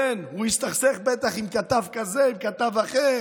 כן, הוא הסתכסך בטח עם כתב כזה, כתב אחר.